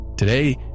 Today